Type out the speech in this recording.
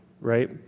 right